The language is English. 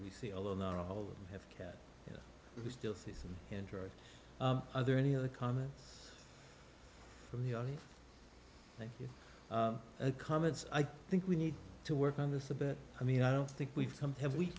we see although not all of them have cash we still see some interest other any of the comments from the audience thank you for the comments i think we need to work on this a bit i mean i don't think we've come to have we